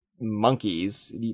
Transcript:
monkeys